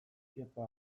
kepa